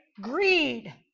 Greed